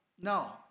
no